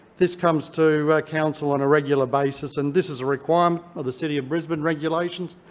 this comes to council on a regular basis, and this is a requirement of the city of brisbane regulations.